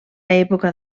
època